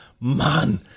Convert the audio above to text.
man